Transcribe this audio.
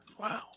Wow